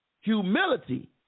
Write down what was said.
Humility